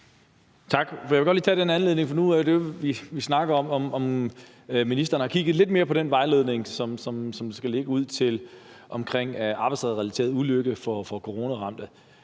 Tak. Jeg vil godt lige bruge denne anledning, for det, vi snakkede om, er, om ministeren har kigget lidt mere på den vejledning, som skal ligge der om arbejdsrelaterede ulykker for coronaramte.